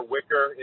Wicker